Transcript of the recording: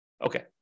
Okay